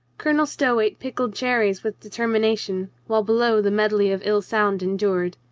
colonel stow ate pickled cherries with determina tion, while below the medley of ill sound endured.